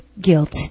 guilt